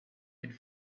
could